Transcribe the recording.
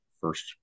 First